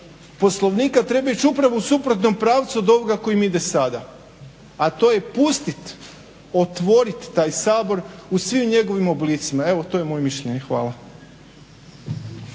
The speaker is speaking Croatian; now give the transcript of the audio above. Poslovnika treba ići upravo u suprotnom pravcu od ovoga kojim ide sada, a to je pustit, otvorit taj Sabor u svim njegovim oblicima. Evo to je moje mišljenje. Hvala.